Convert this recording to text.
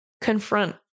confront